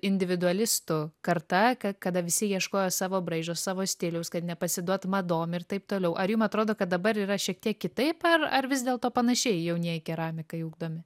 individualistų karta ka kada visi ieškojo savo braižo savo stiliaus kad nepasiduot madom ir taip toliau ar jum atrodo kad dabar yra šiek tiek kitaip ar ar vis dėlto panašiai jaunieji keramikai ugdomi